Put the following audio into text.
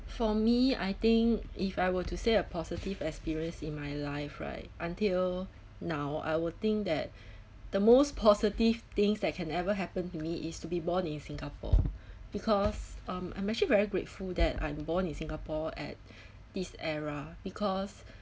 for me I think if I were to say a positive experience in my life right until now I will think that the most positive things that can ever happen to me is to be born in singapore because um I'm actually very grateful that I'm born in singapore at this era because